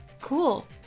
Cool